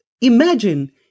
imagine